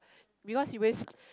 because he always